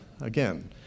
again